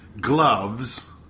gloves